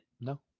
No